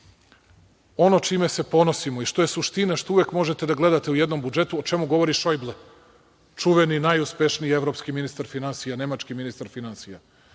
Ono čime se ponosimo i što je suština, što uvek možete da gledate u jednom budžetu, o čemu govori Šojble, čuveni i najuspešniji evropski ministar finansija, nemački ministar finansija